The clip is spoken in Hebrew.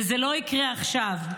וזה לא יקרה גם עכשיו.